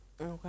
Okay